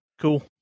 Cool